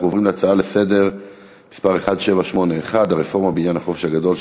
להצעה לסדר-היום מס' 1781: הרפורמה בעניין החופש הגדול,